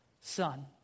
Son